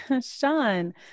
Sean